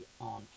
on